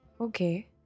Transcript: Okay